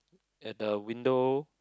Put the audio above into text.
at the window